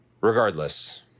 Regardless